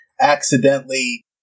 accidentally